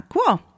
Cool